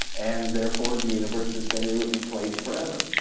and therefore the universe is going to inflate forever.